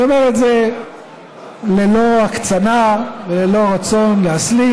אני אומר את זה ללא הקצנה וללא רצון להסלים,